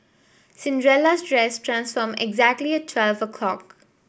Cinderella's dress transformed exactly at twelve o'clock